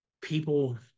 people